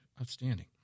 outstanding